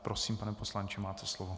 Prosím, pane poslanče, máte slovo.